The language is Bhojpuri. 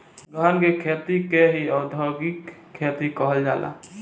गहन के खेती के ही औधोगिक खेती कहल जाला